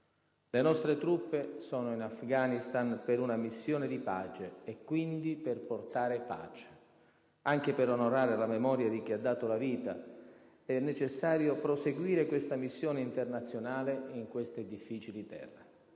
Le nostre truppe sono in Afghanistan per una missione di pace e quindi per portare pace. Anche per onorare la memoria di chi ha dato la vita, è necessario proseguire questa missione internazionale in quelle difficili terre.